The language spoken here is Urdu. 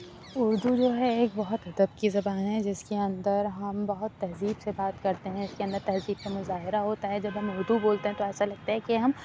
اردو جو ہے ایک بہت ادب کی زبان ہے جس کے اندر ہم بہت تہذیب سے بات کرتے ہیں اس کے اندر تہذیب کا مظاہرہ ہوتا ہے جب ہم اردو بولتے ہیں تو ایسا لگتا ہے کہ ہم